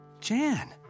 Jan